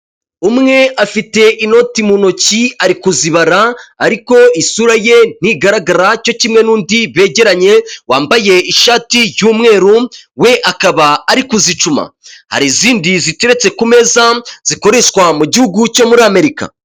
Umwe afite inoti mu ntoki ari kuzibara ariko isura ye ntigaragara cyo kimwe n'undi begeranye wambaye ishati y'umweru we akaba ari kuzicuma, hari izindi ziteretse ku meza zikoreshwa mu gihugu cyo muri Amerika.